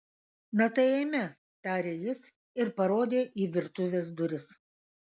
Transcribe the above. na tai eime tarė jis ir parodė į virtuvės duris